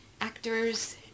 actors